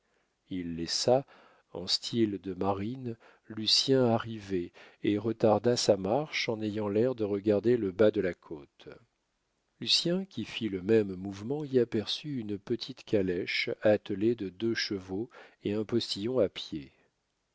il laissa en style de marine lucien arriver et retarda sa marche en ayant l'air de regarder le bas de la côte lucien qui fit le même mouvement y aperçut une petite calèche attelée de deux chevaux et un postillon à pied